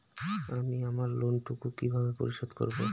আমি আমার লোন টুকু কিভাবে পরিশোধ করব?